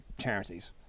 charities